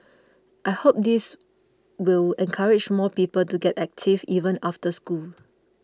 I hope this will encourage more people to get active even after leaving school